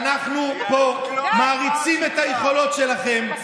שאנחנו פה מעריצים את היכולות שלכם.